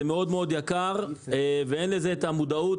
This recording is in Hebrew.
זה מאוד מאוד יקר ואין לזה את המודעות.